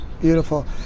Beautiful